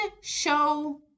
show